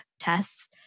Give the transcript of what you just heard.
tests